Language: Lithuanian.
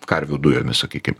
karvių dujomis sakykim